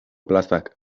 plazak